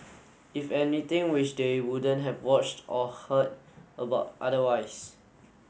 if anything which they wouldn't have watched or heard about otherwise